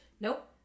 Nope